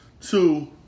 Two